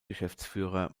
geschäftsführer